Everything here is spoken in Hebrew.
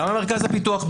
למה מרכז הפיתוח בארץ?